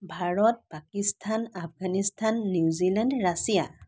Bharat Pakistan Afghanistan New Zealand Russia